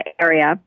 area